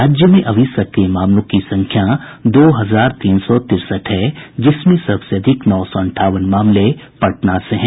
राज्य में अभी सक्रिय मामलों की संख्या दो हजार तीन सौ तिरसठ हैं जिसमें सबसे अधिक नौ सौ अंठावन मामले पटना से हैं